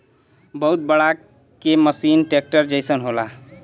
बहुत बड़ा के मसीन ट्रेक्टर जइसन होला